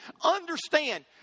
Understand